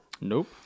Nope